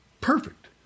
perfect